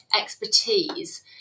expertise